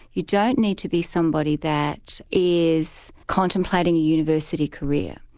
you don't need to be somebody that is contemplating a university career.